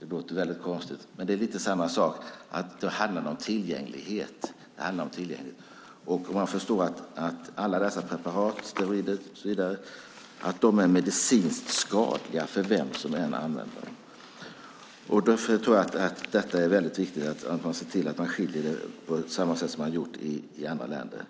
Det låter väldigt konstigt, men det handlar om tillgänglighet. Man förstår att alla dessa preparat är medicinskt skadliga för vem som än använder dem. Därför är det viktigt att man skiljer detta från idrotten på samma sätt som i många andra länder.